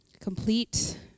Complete